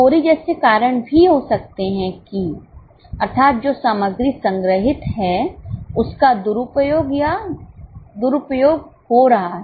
चोरी जैसे कारण भी हो सकते हैं कि अर्थात जो सामग्री संग्रहीत है उसका दुरुपयोग या दुरुपयोग हो रहा है